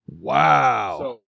Wow